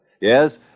Yes